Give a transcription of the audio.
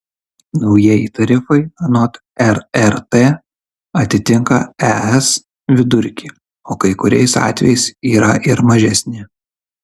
naujieji tarifai anot rrt atitinka es vidurkį o kai kuriais atvejais yra ir mažesni